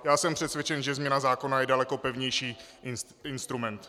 Já jsem přesvědčen, že změna zákona je daleko pevnější instrument.